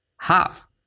Half